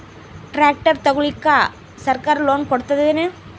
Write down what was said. Tractor ತಗೊಳಿಕ ಸರ್ಕಾರ loan ಕೊಡತದೇನು?